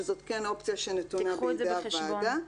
שזאת כן אופציה שנתונה בידי הוועדה.